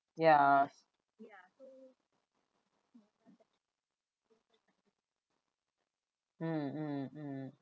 ya mm mm mm